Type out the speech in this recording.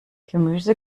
gemüse